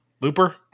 Looper